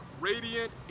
radiant